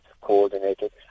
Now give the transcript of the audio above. coordinated